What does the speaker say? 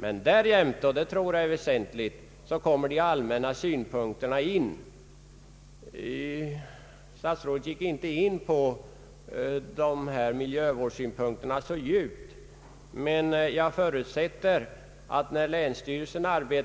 Men härutöver — och det tror jag är väsentligt — kommer de allmänna synpunkterna in i bilden. Statsrådet gick inte så djupt in på miljövårdssynpunkterna. Jag förutsätter emellertid att länsstyrelsen kommer